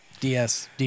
Ds